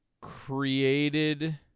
created